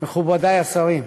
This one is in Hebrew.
מכובדי השרים,